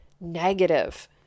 negative